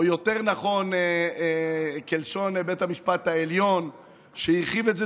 או יותר נכון כלשון בית המשפט העליון שהרחיב את זה,